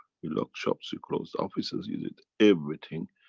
you locked shops, you closed offices, you did everything.